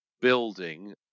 building